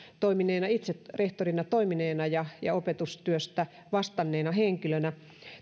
ja itse rehtorina toimineena ja ja opetustyöstä vastanneena henkilönä